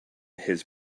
his